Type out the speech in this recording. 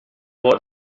what